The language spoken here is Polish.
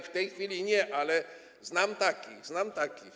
W tej chwili nie, ale znam takich, znam takich.